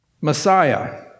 Messiah